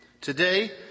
today